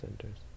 centers